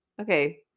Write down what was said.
Okay